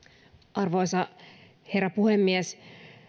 arvoisa herra puhemies